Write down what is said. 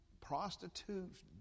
prostitutes